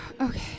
Okay